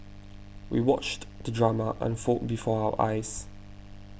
we watched the drama unfold before our eyes